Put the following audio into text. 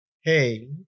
hey